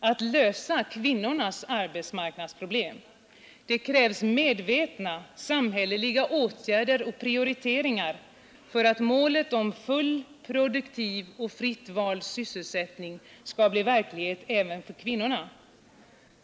att lösa kvinnornas arbetsmarknadsproblem. Det krävs medvetna samhälleliga åtgärder och prioriteringar för att målet om full, produktiv och fritt vald sysselsättning skall bli verklighet även för kvinnorna.